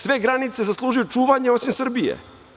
Sve granice zaslužuju čuvanje, osim Srbije.